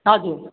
हजुर